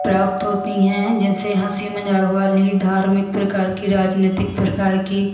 प्राप्त होती हैं जैसे हंसी मजाक वाली धार्मिक प्रकार की राजनीतिक प्रकार की